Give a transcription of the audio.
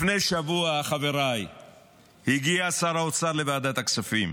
חבריי, לפני שבוע הגיע שר האוצר לוועדת הכספים.